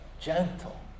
gentle